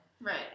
right